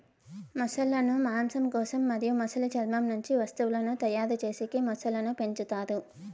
మొసళ్ళ ను మాంసం కోసం మరియు మొసలి చర్మం నుంచి వస్తువులను తయారు చేసేకి మొసళ్ళను పెంచుతారు